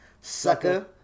sucker